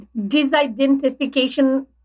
disidentification